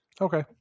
Okay